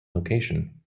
location